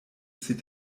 zieht